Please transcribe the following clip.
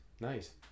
Nice